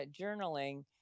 journaling